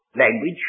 language